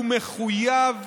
הוא מחויב,